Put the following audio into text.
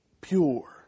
pure